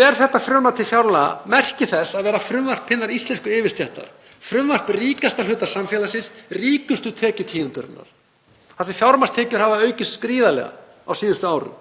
ber þetta frumvarp til fjárlaga merki þess að vera frumvarp hinnar íslensku yfirstéttar, frumvarp ríkasta hluta samfélagsins, ríkustu tekjutíundarinnar þar sem fjármagnstekjur hafa aukist gríðarlega á síðustu árum.